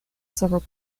several